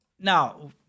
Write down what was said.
Now